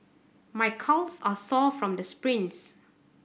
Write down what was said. my calves are sore from the sprints